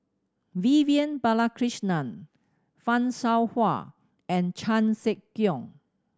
Vivian Balakrishnan Fan Shao Hua and Chan Sek Keong